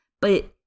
But-